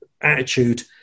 attitude